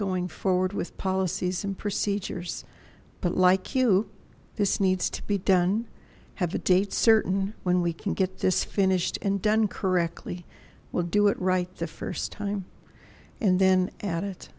going forward with policies and procedures but like you this needs to be done have a date certain when we can get this finished and done correctly we'll do it right the first time and then at it